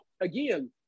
again